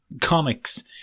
comics